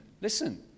listen